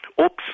Oops